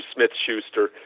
Smith-Schuster